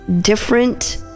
different